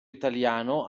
italiano